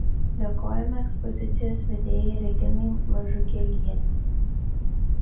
dėkojame ekspozicijos vedėjai reginai mažukėlienei